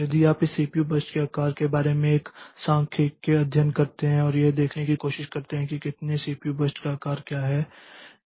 यदि आप इस सीपीयू बर्स्ट के आकार के बारे में एक सांख्यिकीय अध्ययन करते हैं और यह देखने की कोशिश करते हैं कि कितने सीपीयू बर्स्ट का आकार क्या है